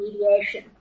mediation